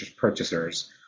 purchasers